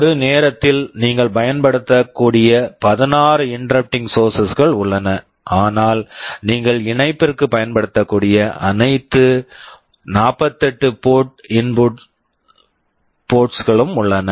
ஒரு நேரத்தில் நீங்கள் பயன்படுத்தக்கூடிய 16 இன்டெரப்டிங் சோர்ஸஸ் interrupting sources கள் உள்ளன ஆனால் நீங்கள் இணைப்பிற்குப் பயன்படுத்தக்கூடிய அனைத்து 48 போர்ட் இன்புட்ஸ் port inputs களும் உள்ளன